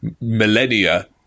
millennia